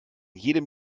jedem